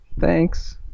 thanks